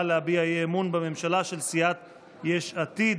להביע אי-אמון בממשלה של סיעת יש עתיד.